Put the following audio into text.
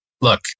look